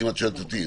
אם את שואלת אותי.